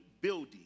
building